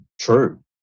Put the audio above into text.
true